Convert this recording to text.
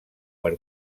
per